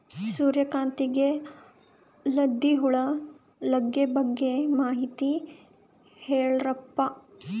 ಸೂರ್ಯಕಾಂತಿಗೆ ಲದ್ದಿ ಹುಳ ಲಗ್ಗೆ ಬಗ್ಗೆ ಮಾಹಿತಿ ಹೇಳರಪ್ಪ?